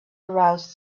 aroused